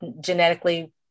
genetically